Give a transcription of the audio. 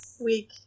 week